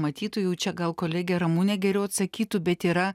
matytų jau čia gal kolegė ramunė geriau atsakytų bet yra